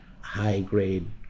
high-grade